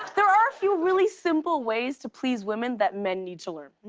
there are a few really simple ways to please women that men need to learn.